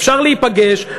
אפשר להיפגש,